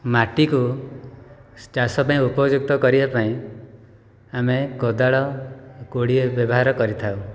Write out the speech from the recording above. ମାଟିକୁ ଚାଷ ପାଇଁ ଉପଯୁକ୍ତ କରିବା ପାଇଁ ଆମେ କୋଦାଳ କୋଡ଼ି ଏ ବ୍ୟବହାର କରିଥାଉ